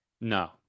No